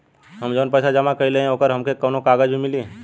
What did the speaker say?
हम जवन पैसा जमा कइले हई त ओकर हमके कौनो कागज भी मिली?